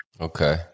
Okay